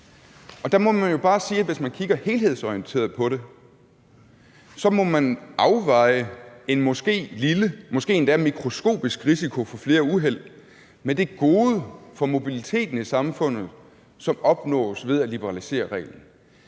Og der må man jo bare sige, at hvis man kigger helhedsorienteret på det, må man afveje en måske lille, måske endda mikroskopisk risiko for flere uheld med det gode for mobiliteten i samfundet, som opnås ved at liberalisere reglen.